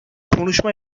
konuşma